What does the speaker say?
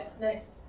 Nice